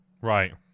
Right